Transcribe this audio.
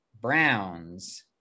Browns